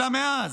אלא מאז,